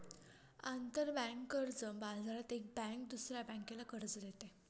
आंतरबँक कर्ज बाजारात एक बँक दुसऱ्या बँकेला कर्ज देते